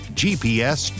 gps